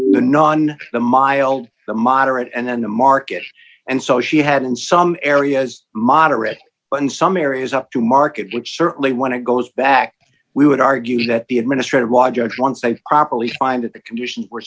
non the mild the moderate and then the market and so she had in some areas moderate but in some areas up to market which certainly when it goes back we would argue that the administrative law judge once a properly find that the conditions were